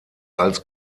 als